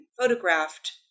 photographed